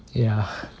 ya